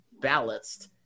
balanced